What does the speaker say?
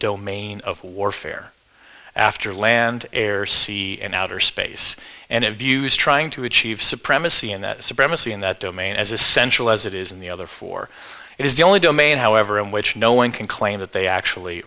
domain of warfare after land air sea and outer space and interviews trying to achieve supremacy in that supremacy in that domain as essential as it is in the other for it is the only domain however in which no one can claim that they actually